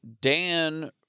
Dan